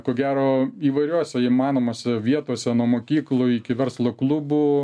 ko gero įvairiose įmanomose vietose nuo mokyklų iki verslo klubų